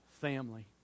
family